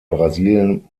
brasilien